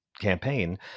campaign